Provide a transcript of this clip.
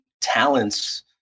talents